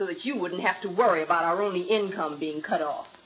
so that you wouldn't have to worry about our only income being cut off